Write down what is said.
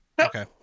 okay